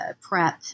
PrEP